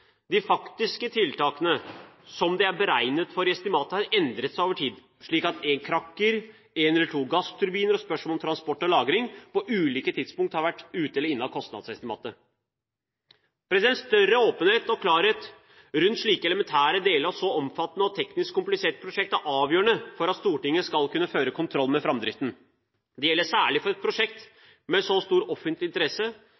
de faktiske tiltakene som det er beregnet for i estimatet, har endret seg over tid, slik at krakker, én eller to gassturbiner og spørsmålet om transport og lagring, på ulike tidspunkt har vært ute eller inne av kostnadsestimatet. Større åpenhet og klarhet rundt slike elementære deler av så omfattende og teknisk komplisert prosjekt er avgjørende for at Stortinget skal kunne føre kontroll med framdriften. Dette gjelder særlig for et